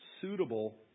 suitable